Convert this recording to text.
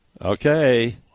Okay